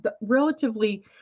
relatively